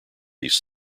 these